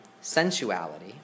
sensuality